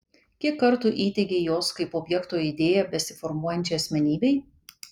kiek kartų įteigei jos kaip objekto idėją besiformuojančiai asmenybei